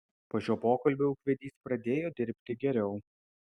po šio pokalbio ūkvedys pradėjo dirbti geriau